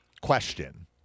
question